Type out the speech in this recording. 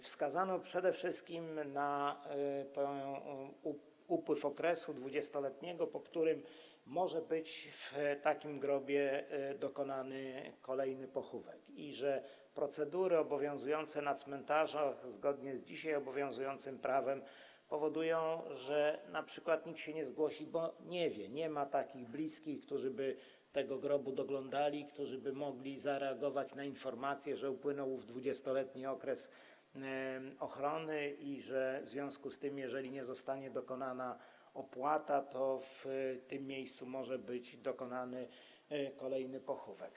Wskazano przede wszystkim na upływ okresu 20-letniego, po którym w takim grobie może być dokonany kolejny pochówek, i na to, że procedury obowiązujące na cmentarzach zgodnie z dzisiaj obowiązującym prawem powodują np., że nikt się nie zgłosi, bo nie wie... nie ma takich bliskich, którzy by tego grobu doglądali, którzy by mogli zareagować na informację, że upłynął ów 20-letni okres ochronny i że w związku z tym, jeżeli nie zostanie uiszczona opłata, w tym miejscu może być dokonany kolejny pochówek.